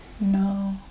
No